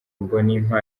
mbonimpa